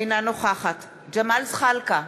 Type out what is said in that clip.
אינה נוכחת ג'מאל זחאלקה,